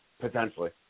potentially